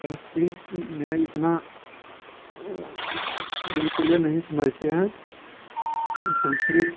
संस्कृत में इतना बिल्कुले नहीं समझते हैं संस्कृत